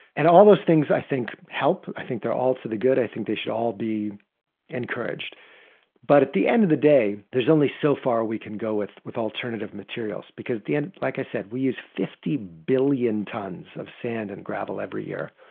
and all those things i think help. i think they're all to the good. i think they should all be encouraged but at the end of the day, there's only so far we can go with with alternative materials because and like i said we use fifty billion tons of sand and gravel every year.